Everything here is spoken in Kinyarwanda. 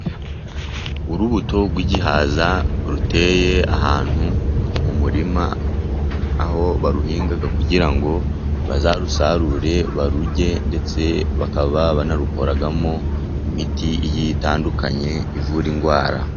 Urubuto rw'igihaza ruteye ahantu mu murima, aho baruhinga kugira ngo bazarusarure barurye ndetse bakaba, banarukoramo imiti itandukanye ivura indwara.